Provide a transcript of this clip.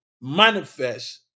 manifest